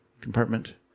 compartment